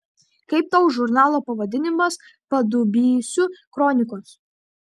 kaip tau žurnalo pavadinimas padubysio kronikos